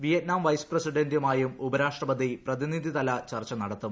Vietnam vice പ്രസീഡ്ഡ്റ്റുമായും ഉപരാഷ്ട്രപതി പ്രതിനിധിതല ചർച്ച നടത്തും